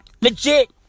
Legit